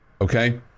Okay